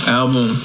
album